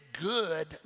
good